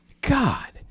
God